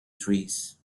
trees